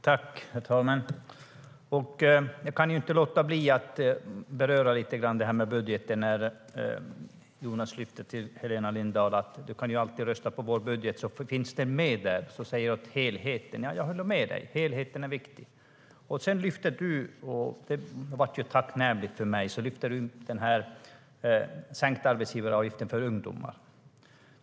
Herr talman! Jag kan inte låta bli att beröra budgeten lite grann. Jonas sade till Helena Lindahl: Du kan ju alltid rösta på vår budget, för det finns med där. Helena talar om helheten. Och jag håller med; helheten är viktig. Tacknämligt nog för mig lyfte Helena också fram den sänkta arbetsgivaravgiften för ungdomar.